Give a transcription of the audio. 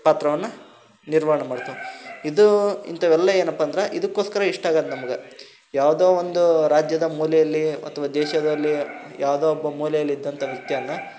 ಪಾತ್ರವನ್ನು ನಿರ್ವಹಣೆ ಮಾಡ್ತಾರೆ ಇದು ಇಂಥವೆಲ್ಲ ಏನಪ್ಪ ಅಂದ್ರೆ ಇದಕ್ಕೋಸ್ಕರ ಇಷ್ಟ ಆಗೋದ್ ನಮ್ಗೆ ಯಾವುದೋ ಒಂದು ರಾಜ್ಯದ ಮೂಲೆಯಲ್ಲಿ ಅಥ್ವಾ ದೇಶದಲ್ಲಿ ಯಾವುದೋ ಒಬ್ಬ ಮೂಲೆಯಲ್ಲಿದ್ದಂಥ ವ್ಯಕ್ತಿಯನ್ನು